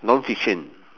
non fiction